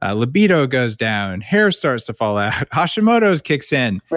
ah libido goes down. hair starts to fall out. hashimoto's kicks in.